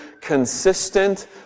consistent